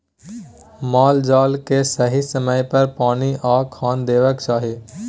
माल जाल केँ सही समय पर पानि आ खाना देबाक चाही